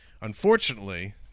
unfortunately